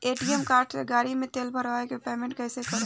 ATM card से गाड़ी मे तेल भरवा के पेमेंट कैसे करेम?